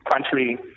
country